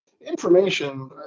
Information